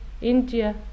India